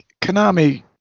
konami